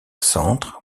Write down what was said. centre